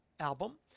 album